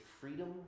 freedom